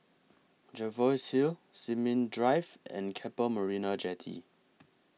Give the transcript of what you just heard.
Jervois Hill Sin Ming Drive and Keppel Marina Jetty